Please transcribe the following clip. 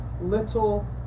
Little